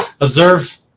observe